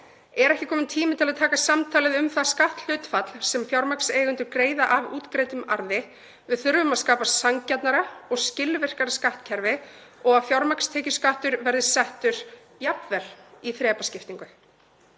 Er ekki kominn tími til að taka samtalið um það skatthlutfall sem fjármagnseigendur greiða af útgreiddum arði? Við þurfum að skapa sanngjarnara og skilvirkara skattkerfi og að fjármagnstekjuskattur verði settur jafnvel í þrepaskiptingu.